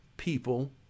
people